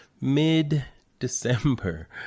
Mid-December